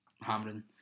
hammering